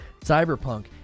Cyberpunk